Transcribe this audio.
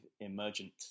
emergent